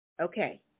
okay